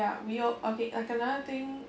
we'll okay like another thing